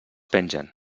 pengen